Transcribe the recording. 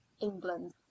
england